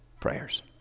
prayers